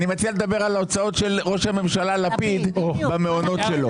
אני מציע לדבר על ההוצאות של ראש הממשלה לפיד במעונות שלו.